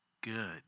good